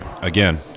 again